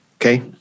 Okay